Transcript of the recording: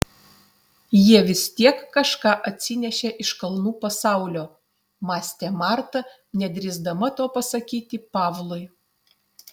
jie vis tiek kažką atsinešė iš kalnų pasaulio mąstė marta nedrįsdama to pasakyti pavlui